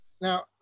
Now